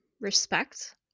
respect